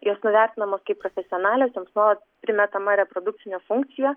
jos nuvertinamos kaip profesionalės joms nuolat primetama reprodukcinė funkcija